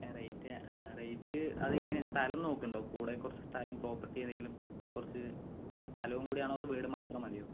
ആ rate rate അതെങ്ങനെയാണ് സ്ഥലം നോക്കുന്നുണ്ടോ കൂടെ കുറച്ച് സ്ഥലം പ്രോപ്പർട്ടി എന്തെങ്കിലും കുറച്ചു സ്ഥലവും കൂടിയാണോ അതോ വീട് മാത്രം മതിയോ